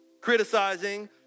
Criticizing